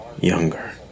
younger